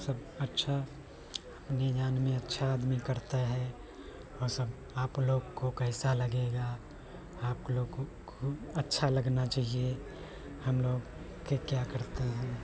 सब अच्छा आदमी अच्छा आदमी करता है और सब आप लोग को कैसा लगेगा आप लोग खूब अच्छा लगना चाहिए हमलोग को क्या करते हैं